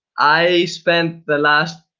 i spent the last